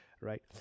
right